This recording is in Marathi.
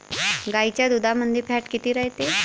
गाईच्या दुधामंदी फॅट किती रायते?